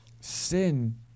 Sin